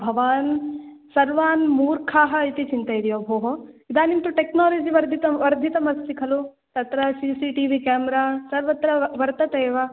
भवान् सर्वान् मूर्खाः इति चिन्तयति वा भोः इदानीं तु टेक्नालजि वर्धितं वर्धितमस्ति खलु तत्र C C T V camera सर्वत्र वा वर्तते एव